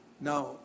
Now